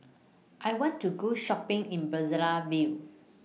I want to Go Shopping in Brazzaville